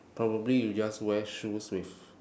probably you just wear shoes with